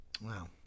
Wow